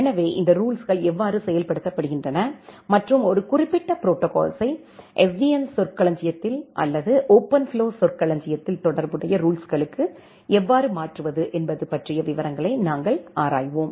எனவே இந்த ரூல்ஸ்கள் எவ்வாறு செயல்படுத்தப்படுகின்றன மற்றும் ஒரு குறிப்பிட்ட ப்ரோடோகால்ஸ்யை SDN சொற்களஞ்சியத்தில் அல்லது ஓபன்ஃப்ளோ சொற்களஞ்சியத்தில் தொடர்புடைய ரூல்ஸ்களுக்கு எவ்வாறு மாற்றுவது என்பது பற்றிய விவரங்களை நாங்கள் ஆராய்வோம்